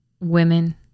women